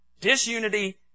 Disunity